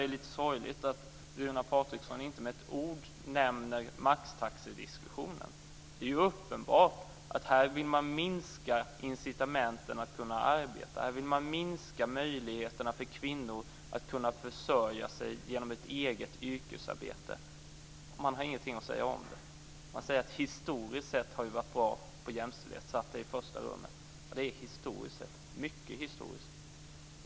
Det är sorgligt att Runar Patriksson inte med ett ord nämner maxtaxediskussionen. Det är uppenbart att man vill minska incitamenten för att kunna arbeta och minska möjligheterna för kvinnor att försörja sig genom ett eget yrkesarbete. Man har ingenting att säga om det. Man säger att historiskt sett har Folkpartiet varit bra på jämställdhet och satt den i främsta rummet. Det är mycket historiskt.